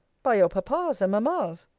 by your papa's and mamma's.